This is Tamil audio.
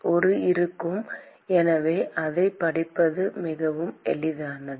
ஒரு இருக்கும் எனவே அதைப் படிப்பது மிகவும் எளிதானது